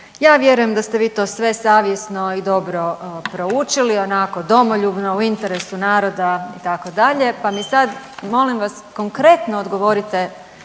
Ja vjerujem da ste vi to sve savjesno i dobro proučili onako domoljubno u interesu naroda itd. Pa mi sad molim vas konkretno odgovorite